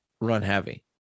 run-heavy